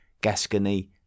Gascony